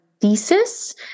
thesis